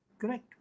Correct